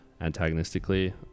antagonistically